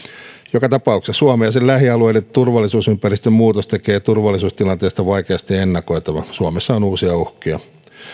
joka tapauksessa suomelle ja sen lähialueille turvallisuusympäristön muutos tekee turvallisuustilanteesta vaikeasti ennakoitavaa suomessa on uusia uhkia poliisin